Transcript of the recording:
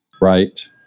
Right